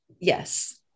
Yes